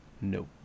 Nope